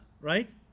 right